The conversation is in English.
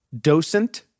Docent